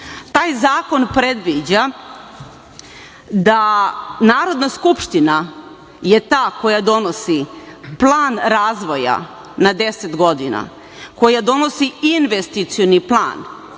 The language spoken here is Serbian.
Taj zakon predviđa da Narodna skupština je ta koja donosi plan razvoja na 10 godina, koja donosi investicioni plan